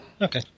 okay